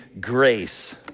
grace